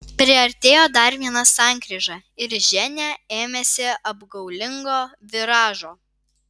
priartėjo dar viena sankryža ir ženia ėmėsi apgaulingo viražo